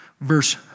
verse